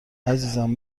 عزیزم